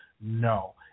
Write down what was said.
No